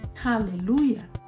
Hallelujah